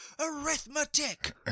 arithmetic